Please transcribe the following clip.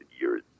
years